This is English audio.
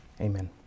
Amen